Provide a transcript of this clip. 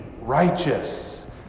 righteous